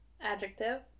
Adjective